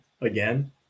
again